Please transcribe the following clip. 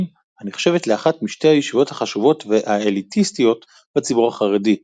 הנחשבת לאחת משתי הישיבות החשובות והאליטיסטיות בציבור החרדי,